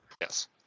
Yes